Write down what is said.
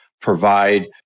provide